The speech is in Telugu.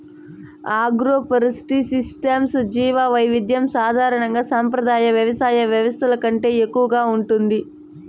ఆగ్రోఫారెస్ట్రీ సిస్టమ్స్లో జీవవైవిధ్యం సాధారణంగా సంప్రదాయ వ్యవసాయ వ్యవస్థల కంటే ఎక్కువగా ఉంటుంది